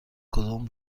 کدام